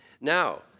Now